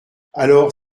alors